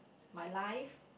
my life